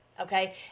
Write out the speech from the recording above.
Okay